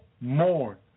more